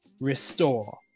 Restore